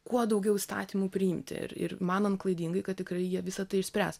kuo daugiau įstatymų priimti ir ir manant klaidingai kad tikrai jie visa tai išspręs